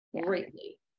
greatly